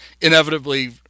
inevitably